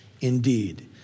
indeed